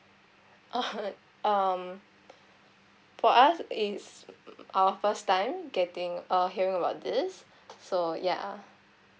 um for us is our first time getting uh hearing about this so ya